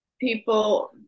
people